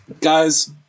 guys